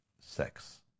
sex